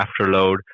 afterload